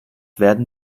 werden